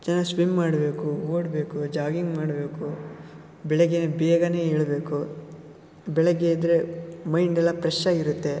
ಚೆನ್ನಾಗಿ ಸ್ವಿಮ್ ಮಾಡಬೇಕು ಓಡಬೇಕು ಜಾಗಿಂಗ್ ಮಾಡಬೇಕು ಬೆಳಿಗ್ಗೆನೇ ಬೇಗನೆ ಏಳಬೇಕು ಬೆಳಿಗ್ಗೆ ಎದ್ದರೆ ಮೈಂಡೆಲ್ಲ ಪ್ರೆಶ್ಶಾಗಿರುತ್ತೆ